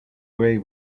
way